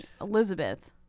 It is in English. Elizabeth